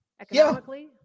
economically